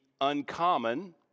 uncommon